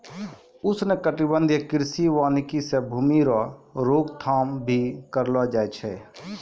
उष्णकटिबंधीय कृषि वानिकी से भूमी रो रोक थाम भी करलो जाय छै